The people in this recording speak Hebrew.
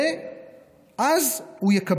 ואז,